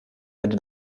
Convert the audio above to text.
seine